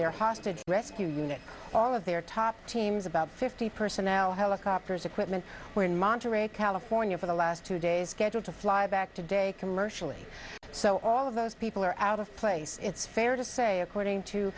hostage rescue unit all of their top teams about fifty personnel helicopters equipment were in monterey california for the last two days scheduled to fly back today commercially so all of those people are out of place it's fair to say according